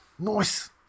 Nice